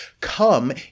come